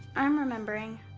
i'm remembering.